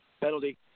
Penalty